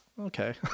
okay